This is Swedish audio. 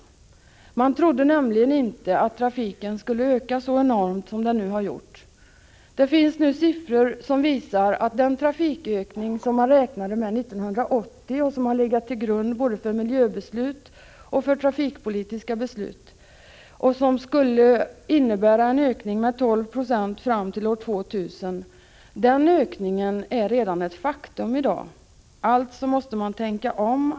Tidigare trodde man nämligen inte att trafiken skulle öka så enormt som den har gjort. Det finns nu siffror som visar att den trafikökning, som man räknade med 1980 och som legat till grund för både miljöbeslut och trafikpolitiska beslut och som skulle innebära en ökning med 12 96 fram till år 2000, redan är ett faktum i dag. Vi måste alltså tänka om.